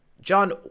John